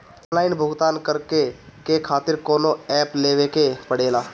Online भुगतान करके के खातिर कौनो ऐप लेवेके पड़ेला?